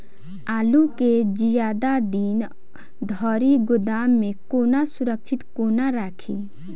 आलु केँ जियादा दिन धरि गोदाम मे कोना सुरक्षित कोना राखि?